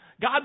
God